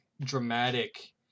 dramatic